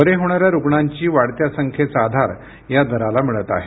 बरे होणाऱ्या रुग्णांची वाढत्या संख्येचा आधार या दराला मिळत आहे